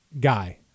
guy